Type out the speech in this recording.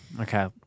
Okay